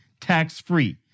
tax-free